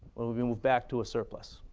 but when we move back to a surplus?